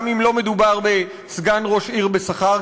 גם אם לא מדובר בסגן ראש עיר בשכר,